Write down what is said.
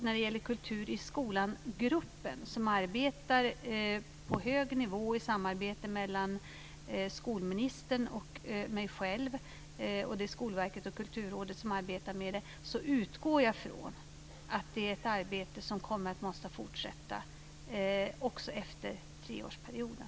När det gäller gruppen Kultur i skolan, som arbetar på hög nivå i samarbete mellan skolministern och mig själv - det är Skolverket och Kulturrådet som arbetar med det - utgår jag från att det är ett arbete som måste fortsätta också efter treårsperioden.